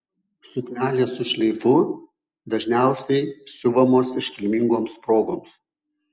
suknelės su šleifu dažniausiai siuvamos iškilmingoms progoms